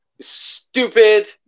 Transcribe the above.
stupid